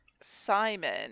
Simon